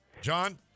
John